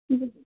जी